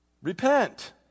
Repent